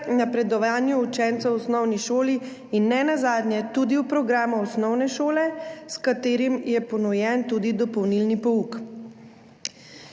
napredovanju učencev v osnovni šoli in nenazadnje tudi v programu osnovne šole, ki ponuja tudi dopolnilni pouk.